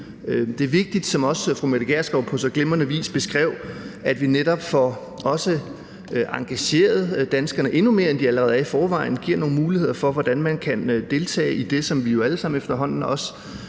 Det er vigtigt, som også fru Mette Gjerskov på så glimrende vis beskrev, at vi netop også får engageret danskerne endnu mere, end de allerede er i forvejen, giver nogle muligheder for, hvordan man kan deltage i det, som vi jo alle sammen